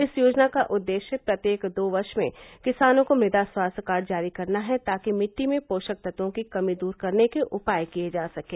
इस योजना का उद्देश्य प्रत्येक दो वर्ष में किसानों को मृदा स्वास्थ्य कार्ड जारी करना है ताकि मिट्टी में पोषक तत्वों की कमी दूर करने के उपाय किये जा सकें